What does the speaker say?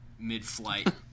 mid-flight